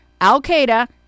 Al-Qaeda